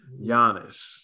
Giannis